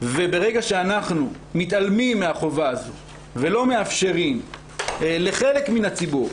ברגע שאנחנו מתעלמים מהחובה הזו ולא מאפשרים לחלק מן הציבור,